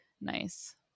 nice